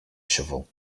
shovel